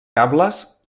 cables